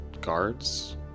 guards